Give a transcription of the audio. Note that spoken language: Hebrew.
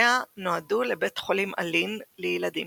שהכנסותיה נועדו לבי"ח אלי"ן לילדים.